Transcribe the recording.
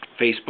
Facebook